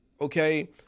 Okay